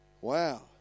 Wow